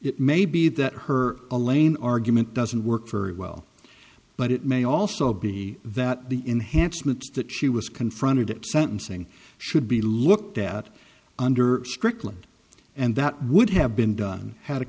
it may be that her elaine argument doesn't work very well but it may also be that the enhanced myths that she was confronted at sentencing should be looked at under strickland and that would have been done had a